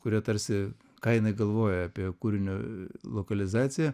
kurią tarsi ką jinai galvoja apie kūrinio lokalizaciją